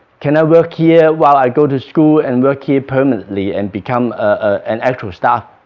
can i work here while i go to school and work here permanently and become an actual staff?